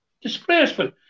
Disgraceful